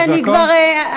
אז תני לי עוד משפט סיום.